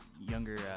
younger